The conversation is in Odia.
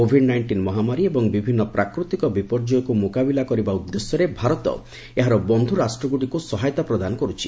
କୋଭିଡ୍ ନାଇଷ୍ଟିନ୍ ମହାମାରୀ ଏବଂ ବିଭିନ୍ନ ପ୍ରାକୃତିକ ବିପର୍ଯ୍ୟକୁ ମୁକାବିଲା କରିବା ଉଦ୍ଦେଶ୍ୟରେ ଭାରତ ଏହାର ବନ୍ଧୁ ରାଷ୍ଟ୍ରଗୁଡ଼ିକୁ ସହାୟତା ପ୍ରଦାନ କର୍ୁଛି